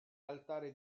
altari